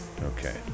Okay